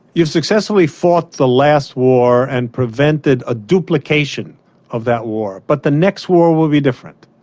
you've successfully fought the last war and prevented a duplication of that war, but the next war will be different,